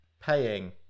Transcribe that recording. paying